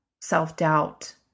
self-doubt